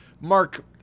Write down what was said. Mark